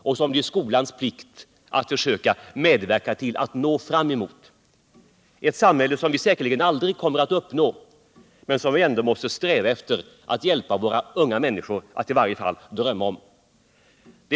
och att det är skolans plikt att försöka medverka till att upprätthålla den visionen. Ett sådant samhälle kommer vi säkerligen aldrig ati kunna uppnå. men vi måste sträva efter att hjälpa unga minniskor att i varje fall drömma om det.